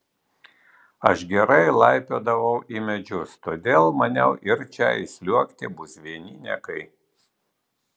aš gerai laipiodavau į medžius todėl maniau ir čia įsliuogti bus vieni niekai